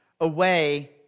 away